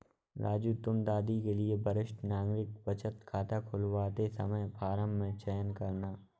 राजू तुम दादी के लिए वरिष्ठ नागरिक बचत खाता खुलवाते समय फॉर्म में चयन करना